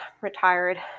retired